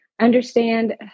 understand